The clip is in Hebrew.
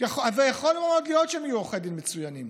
יכול להיות מאוד שהם יהיו עורכי דין מצוינים.